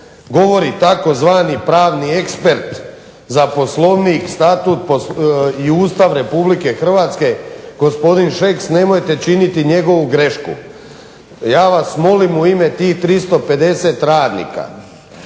govori tzv. pravni ekspert za Poslovnik, Statut i Ustav Republike Hrvatske gospodin Šeks nemojte činiti njegovu grešku. Ja vas molim u ime tih 350 radnika,